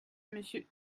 monsieur